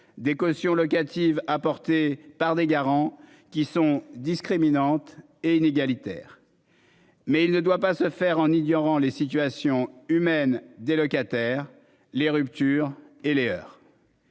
des cautions locatives porté par des garants qui sont discriminante et inégalitaire. Mais il ne doit pas se faire en ignorant les situations humaines, des locataires les ruptures et les heures.